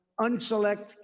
unselect